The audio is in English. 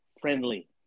friendly